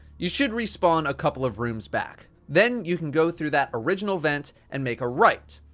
you should respawn a couple of rooms back. then, you can go through that original vent and make a right.